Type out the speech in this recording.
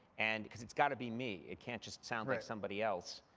and because it's got to be me. it can't just sound like somebody else.